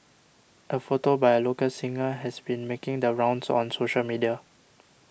a photo by a local singer has been making the rounds on social media